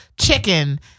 chicken